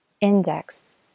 index